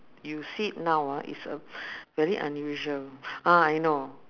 you see it now ah it's a very unusual ah I know